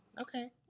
Okay